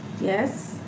yes